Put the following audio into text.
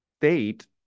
state